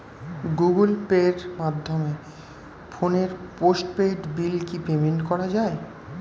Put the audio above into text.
Google পের মাধ্যমে ফোনের পোষ্টপেইড বিল কি পেমেন্ট করা যায়?